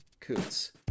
Coots